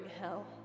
hell